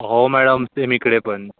हो madam same इकडे पण